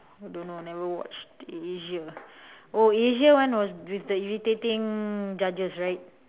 I don't know never watch asia one oh asia one was with the irritating judges right